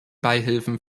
beihilfen